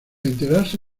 enterarse